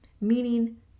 meaning